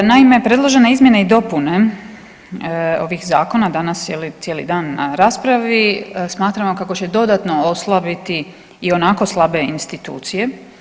Naime, predložene izmjene i dopune ovih zakona danas, je li, cijeli dan, raspravi, smatramo kako će dodatno oslabiti i onako slabe institucije.